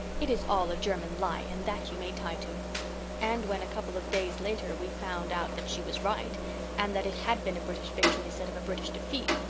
it is all a german lie and that you may tie to and when a couple of days later we found out that she was right and that it had been a british victory instead of a british defeat,